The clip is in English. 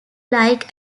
like